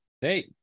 Hey